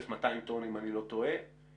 1,200 טון אם אני לא טועה,